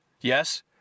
Yes